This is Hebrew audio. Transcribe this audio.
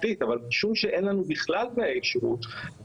שיפוטית אבל משום שאין לנו בכלל תנאי כשירות,